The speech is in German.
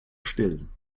stillen